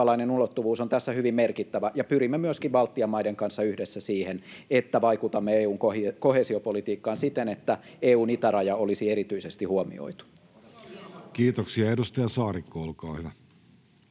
on tässä hyvin merkittävä. Pyrimme myöskin Baltian maiden kanssa yhdessä siihen, että vaikutamme EU:n koheesiopolitiikkaan siten, että EU:n itäraja olisi erityisesti huomioitu. [Speech 76] Speaker: Jussi